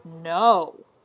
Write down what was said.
no